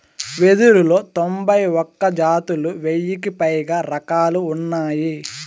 వెదురులో తొంభై ఒక్క జాతులు, వెయ్యికి పైగా రకాలు ఉన్నాయి